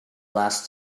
last